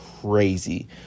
crazy